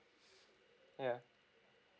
yeah